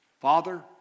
Father